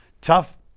tough